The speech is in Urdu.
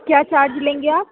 کیا چارج لیں گے آپ